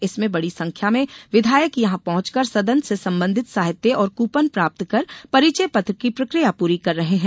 इसमें बड़ी संख्या में विधायक यहां पहुंचकर सदन से संबंधित साहित्य और कूपन प्राप्त कर परिचय पत्र की प्रक्रिया पूरी कर रहे हैं